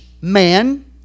man